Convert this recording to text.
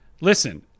listen